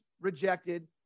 rejected